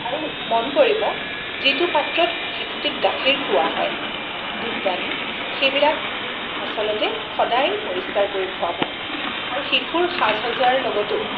আৰু মন কৰিব যিটো পাত্ৰত শিশুটিক গাখীৰ খুওৱা হয় দুধদানী সেইবিলাক আচলতে সদায় পৰিষ্কাৰ কৰি খুৱাব আৰু শিশুৰ সাজ সজ্জাৰ লগতো